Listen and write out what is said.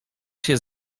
się